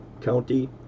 county